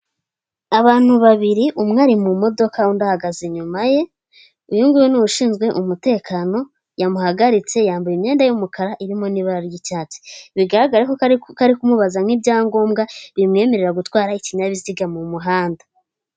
Abantu babiri, umwe ari mu modoka, undi ahagaze inyuma ye, uyu nguyu ni ushinzwe umutekano, yamuhagaritse yambaye imyenda y'umukara irimo n'ibara ry'icyatsi, bigaragara ko ari kumubaza nk'ibyangombwa bimwemerera gutwara ikinyabiziga mu muhanda.